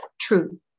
true